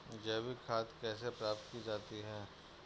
जैविक खाद कैसे प्राप्त की जाती है?